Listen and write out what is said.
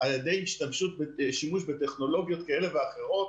על ידי שימוש בטכנולוגיות כאלה ואחרות,